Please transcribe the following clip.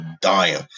dying